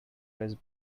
his